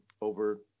over